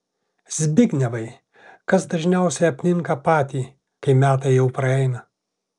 zbignevai kas dažniausiai apninka patį kai metai jau praeina